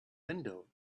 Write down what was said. window